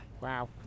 Wow